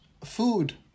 food